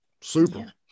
Super